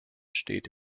steht